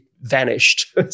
vanished